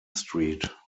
street